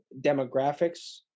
demographics